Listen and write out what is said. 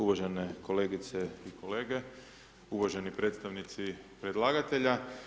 Uvažene kolegice i kolege, uvaženi predstavnici predlagatelja.